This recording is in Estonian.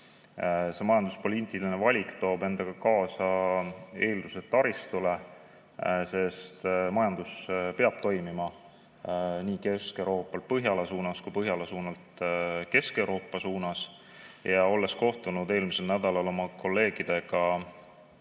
See majanduspoliitiline valik toob endaga kaasa eeldused taristule, sest majandus peab toimima nii Kesk-Euroopal Põhjala suunas kui ka Põhjalal Kesk-Euroopa suunas. Kohtusin eelmisel nädalal oma kolleegidega